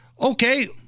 Okay